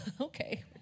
okay